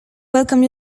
welcome